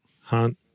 Hunt